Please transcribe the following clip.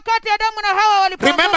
remember